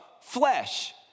flesh